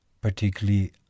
particularly